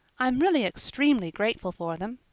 i'm really extremely grateful for them.